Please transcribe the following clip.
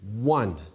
One